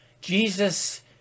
Jesus